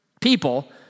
people